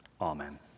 amen